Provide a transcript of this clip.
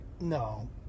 No